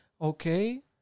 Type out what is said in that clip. okay